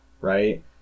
right